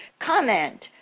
comment